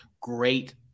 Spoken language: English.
great